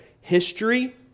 history